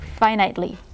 finitely